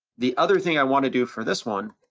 the other thing i wanna do for this one